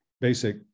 basic